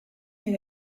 est